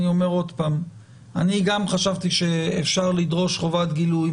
אני גם חשבתי שאפשר לדרוש חובת גילוי.